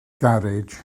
garej